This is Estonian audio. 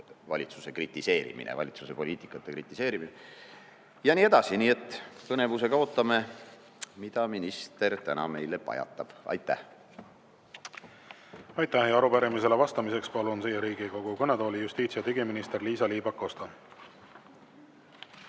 valitsuse kritiseerimine, valitsuse poliitika kritiseerimine, ja nii edasi. Nii et põnevusega ootame, mida minister täna meile pajatab. Aitäh! Aitäh! Arupärimisele vastamiseks palun Riigikogu kõnetooli justiits‑ ja digiminister Liisa-Ly Pakosta.